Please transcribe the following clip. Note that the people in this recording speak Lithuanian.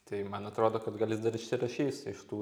tai man atrodo kad gal jis dar išsirašys iš tų